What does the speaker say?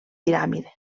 piràmide